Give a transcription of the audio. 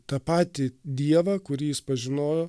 tą patį dievą kurį jis pažinojo